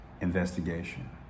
investigation